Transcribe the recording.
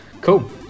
Cool